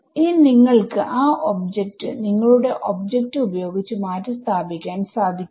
ഇനി നിങ്ങൾക്ക് ആ ഒബ്ജെക്റ്റ് നിങ്ങളുടെ ഒബ്ജക്റ്റ് ഉപയോഗിച്ചു മാറ്റി സ്ഥാപിക്കാൻ സാധിക്കും